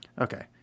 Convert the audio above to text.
Okay